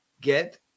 Get